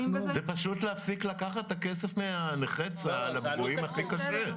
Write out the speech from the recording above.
זה פשוט להפסיק את הכסף מנכי צה"ל הפגועים הכי קשה.